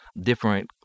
different